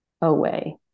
away